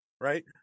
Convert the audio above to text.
right